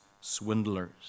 swindlers